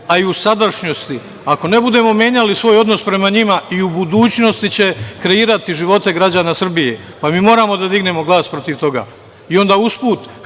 a i u sadašnjosti, a ako ne budemo menjali svoj odnos prema njima, i u budućnosti će kreirati živote građana Srbije. Mi moramo da dignemo glas protiv toga. I onda usput,